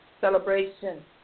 celebration